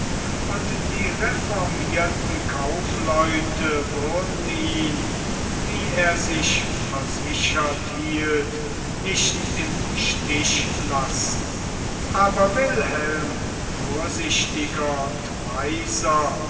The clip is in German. und die reformierten kaufleute würden ihn wie er sich versichert hielt nicht im stiche lassen aber wilhelm vorsichtiger und weiser